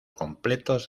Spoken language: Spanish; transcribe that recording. completos